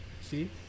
See